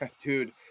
Dude